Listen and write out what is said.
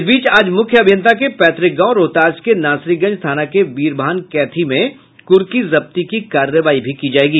इस बीच आज मुख्य अभियंता के पैतुक गांव रोहतास के नासरीगंज थाना के वीरभान कैथी में कुर्की जब्ती की कार्रवाई भी की जायेगी